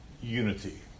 unity